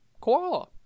Koala